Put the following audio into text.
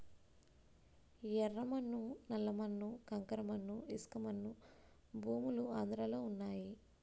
యెర్ర మన్ను నల్ల మన్ను కంకర మన్ను ఇసకమన్ను భూములు ఆంధ్రలో వున్నయి